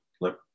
look